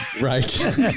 Right